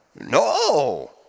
no